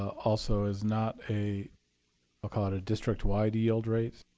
also is not a i'll call it a district-wide yield rates,